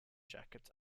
jackets